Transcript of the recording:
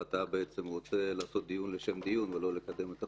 ואתה רוצה לקיים דיון לשם דיון ולא לקדם את החוק.